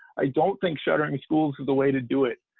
i don't think shuttering schools is the way to do it.